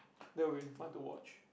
that would be fun to watch